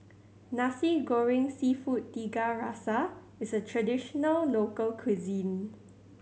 Nasi Goreng Seafood Tiga Rasa is a traditional local cuisine